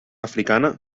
africana